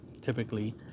typically